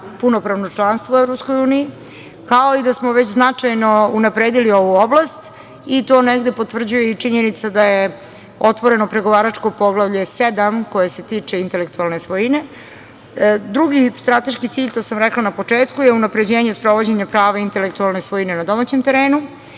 punopravno članstvo u EU, kao i da smo već značajno unapredili ovu oblast. To negde potvrđuje i činjenica da je otvoreno pregovaračko Poglavlje 7, koje se tiče intelektualne svojine. Drugi strateški cilj, to sam rekla na početku je unapređenje sprovođenja prava intelektualne svojine na domaćem terenu. Treći